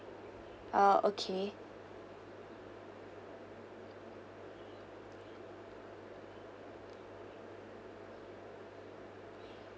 ah okay